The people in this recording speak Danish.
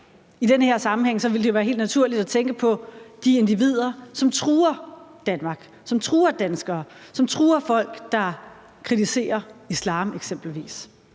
I den her sammenhæng ville det jo være helt naturligt at tænke på de individer, som truer Danmark, som truer danskere, og som truer folk, der eksempelvis